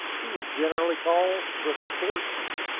he was generally called the sportsman.